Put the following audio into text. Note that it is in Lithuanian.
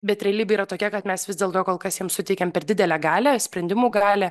bet realybė yra tokia kad mes vis dėlto kol kas jiem suteikiam per didelę galią sprendimų galią